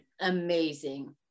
Amazing